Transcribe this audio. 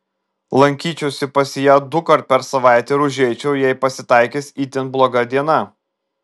lankyčiausi pas ją dukart per savaitę ir užeičiau jei pasitaikys itin bloga diena